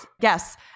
Yes